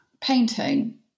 painting